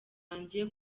wanjye